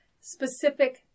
specific